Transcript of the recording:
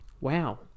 wow